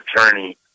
attorney